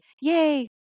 yay